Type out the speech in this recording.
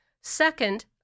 Second